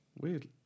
Weird